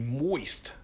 moist